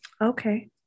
okay